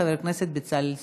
חבר הכנסת בצלאל סמוטריץ.